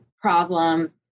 problem